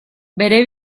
bere